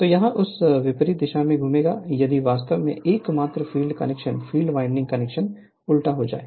तो यहाँ यह विपरीत दिशा में घूमेगा यदि वास्तव में एकमात्र field correction field winding correction उल्टा हो जाए